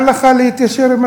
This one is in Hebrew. -הספר.